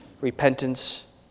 repentance